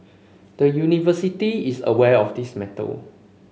the University is aware of this matter